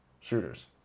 shooters